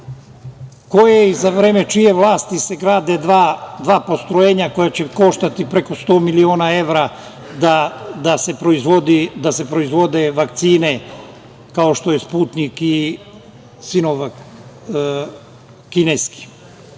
je i za čije vreme vlasti se grade dva postrojenja koja će koštati preko 100 miliona evra da se proizvode vakcine, kao što je Sputnjik i Sinofarm kineski?